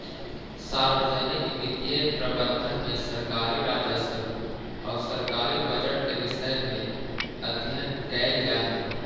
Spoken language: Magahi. सार्वजनिक वित्तीय प्रबंधन में सरकारी राजस्व आउ सरकारी बजट के विषय में अध्ययन कैल जा हइ